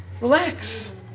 Relax